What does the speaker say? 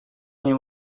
nie